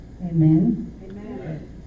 Amen